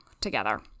together